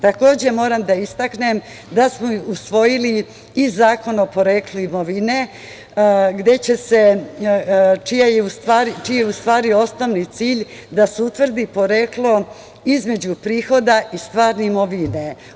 Takođe moram da istaknem da smo usvojili i Zakon o poreklu imovine, čiji je osnovni cilj da se utvrdi poreklo između prihoda i stvarne imovine.